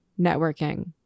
networking